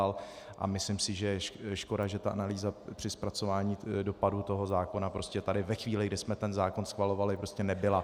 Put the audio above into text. A myslím si, že je škoda, že ta analýza při zpracování dopadu zákona prostě tady ve chvíli, kdy jsme zákon schvalovali, prostě nebyla.